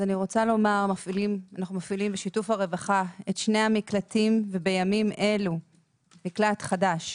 אנו מפעילים בשיתוף הרווחה את שני המקלטים ובימים אלו מקלט חדש,